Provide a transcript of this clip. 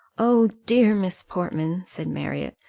oh, dear miss portman, said marriott,